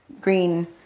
green